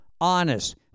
honest